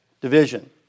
division